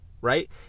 right